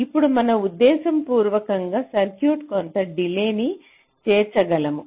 ఇప్పుడు మనం ఉద్దేశపూర్వకంగా సర్క్యూట్లో కొంత డిలే న్ని చేర్చగలము